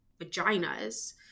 vaginas